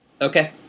Okay